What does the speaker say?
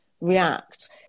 react